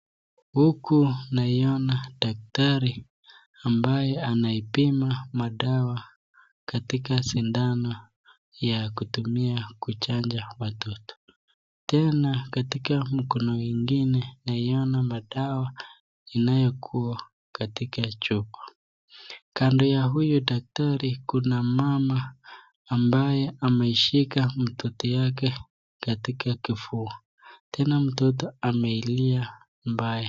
Huku namuona daktari ambaye anaipima madawa katika sidhano ya kutumia kuchanja watoto. Tena katika mkono mwingine naiona madawa inayo kua katika chaki. Kando ya huyu daktari kuna mmama ambaye ameishika mtoto wake katika kifua, tena mtoto amelia mbaya.